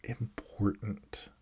important